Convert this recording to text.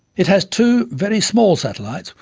it has two very small satellites,